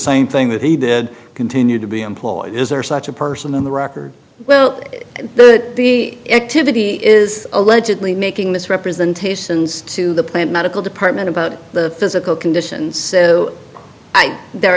same thing that he did continue to be employed is there such a person on the record well the activity is allegedly making misrepresentations to the plant medical department about the physical conditions there